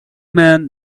man